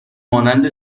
مانند